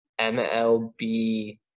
MLB